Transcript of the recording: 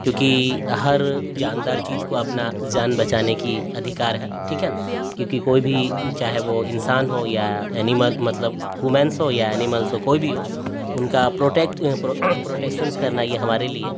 کیوںکہ ہر جاندار چیز کو اپنا جان بچانے کی ادھیکار ہے ٹھیک ہے نہ کیوںکہ کوئی بھی چاہے وہ انسان ہو یا انیمل مطلب وومینس ہو یا اینیملس ہو کوئی بھی ہو ان کا پروٹیکٹ پروٹیکسنس کرنا یہ ہمارے لیے